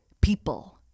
people